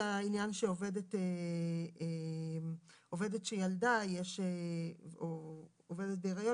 זה העניין שעובדת שילדה או עובדת בהיריון